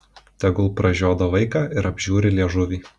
tegul pražiodo vaiką ir apžiūri liežuvį